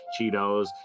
Cheetos